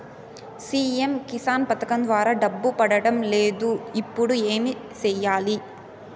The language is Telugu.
సి.ఎమ్ కిసాన్ పథకం ద్వారా డబ్బు పడడం లేదు ఇప్పుడు ఏమి సేయాలి